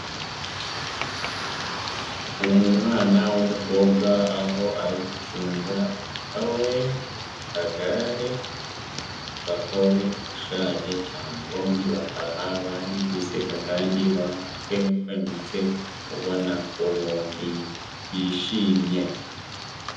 Umwana w'umukobwa aho ari gucunga papa we ku kagare, papa we ushaje cyane bombi bakaba bari guseka kandi bakwekwenutse ubonako bombi bishimye.